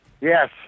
Yes